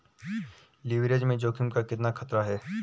Leverage में जोखिम का कितना खतरा है?